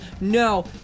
no